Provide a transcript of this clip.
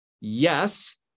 yes